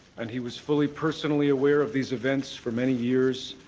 and he was fully, personally aware of these events for many years.